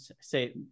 say